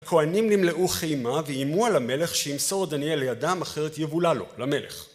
הכוהנים נמלאו חיימה ואיימו על המלך שימסור את דניאל לידם אחרת יבולה לו, למלך.